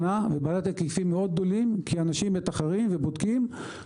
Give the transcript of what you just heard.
בהיקפים מאוד גדולים כי אנשים מתמחרים ובודקים,